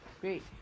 great